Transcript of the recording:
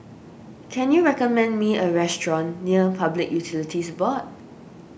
can you recommend me a restaurant near Public Utilities Board